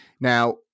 Now